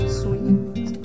sweet